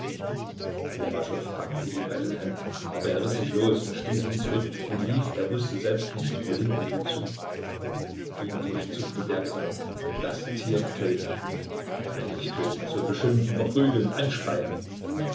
packte ihn bei den händen aber er riß sich los stieß ihn zurück und lief er wußte selbst nicht wohin und wozu ihn durchzuckte der gedanke das tier töten und wenn nicht töten so beschimpfen verprügeln anspeien